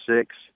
six